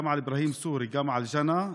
גם על אברהים סורי וגם על ג'נא,